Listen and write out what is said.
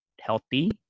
healthy